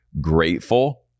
grateful